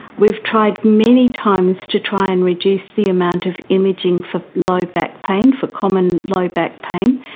we've tried many times to try and reduce the amount of imaging for low back pain, for common low back pain,